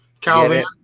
Calvin